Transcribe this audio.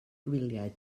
gwyliau